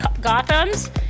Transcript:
Gotham's